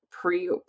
pre